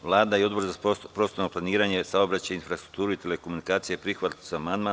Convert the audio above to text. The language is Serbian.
Vlada i Odbor za prostorno planiranje, saobraćaj, infrastrukturu i telekomunikacije prihvatili su ovaj amandman.